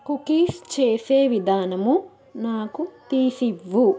cookies చేసే విధానము నాకు తీసివ్వు